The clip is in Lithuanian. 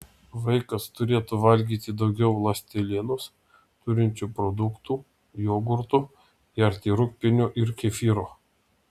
vaikas turėtų valgyti daugiau ląstelienos turinčių produktų jogurto gerti rūgpienio ir kefyro